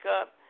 up